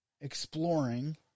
exploring